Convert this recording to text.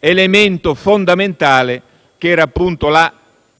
elemento fondamentale che era